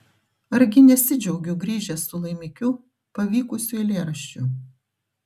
argi nesidžiaugiu grįžęs su laimikiu pavykusiu eilėraščiu